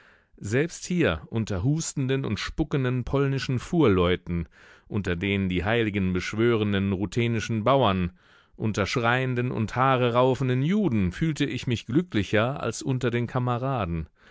selbst hier unter hustenden und spuckenden polnischen fuhrleuten unter den die heiligen beschwörenden ruthenischen bauern unter schreienden und haareraufenden juden fühlte ich mich glücklicher als unter den kameraden